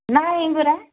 ନାଇଁହେଇ ପରା